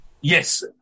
Yes